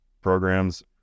programs